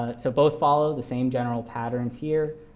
so both follow the same general patterns here.